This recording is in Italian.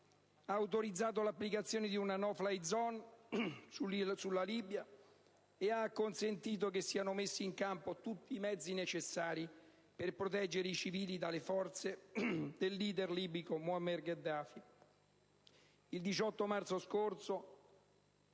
ha autorizzato l'applicazione di una *no fly zone* sulla Libia e ha acconsentito che siano messi in campo tutti i mezzi necessari per proteggere i civili dalle forze del *leader* libico Muammar Gheddafi. Il 18 marzo scorso